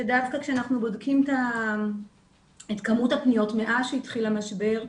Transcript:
שדווקא כשאנחנו בודקים את כמות הפניות מאז שהתחיל המשבר,